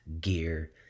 gear